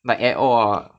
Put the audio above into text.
like eh oh ah